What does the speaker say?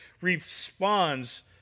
responds